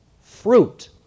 fruit